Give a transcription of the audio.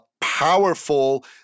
powerful